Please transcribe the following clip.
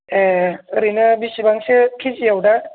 ए ओरैनो बिसिबांसो कि जियाव दा